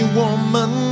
woman